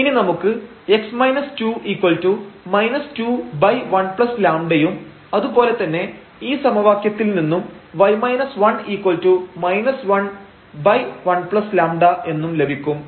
ഇനി നമുക്ക് 21λയും അതുപോലെതന്നെ ഈ സമവാക്യത്തിൽ നിന്നും 11λ എന്നുo ലഭിക്കും